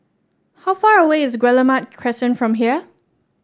how far away is Guillemard Crescent from here